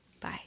Bye